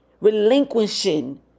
relinquishing